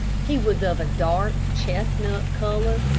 he was of a dark chestnut color,